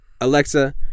Alexa